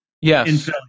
Yes